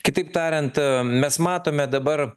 kitaip tariant mes matome dabar